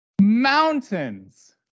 mountains